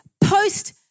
post